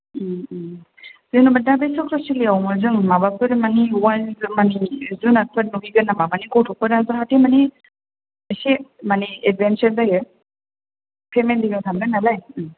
ओम ओम जेनबा दा बे सक्र'सिलायाव जों माबाफोर माने वायल्ड माने जुनारफोर नुहैगोन नामा माने गथ'फोरा जाहाथे माने इसे माने एदभेन्सार जायो फेमिलिबो थांगोन नालाय ओम